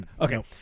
Okay